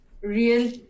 real